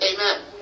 amen